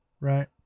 Right